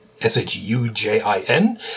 S-H-U-J-I-N